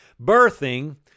birthing